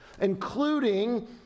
including